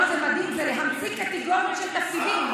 לא, זה מדהים, זה להמציא קטגוריות של תפקידים.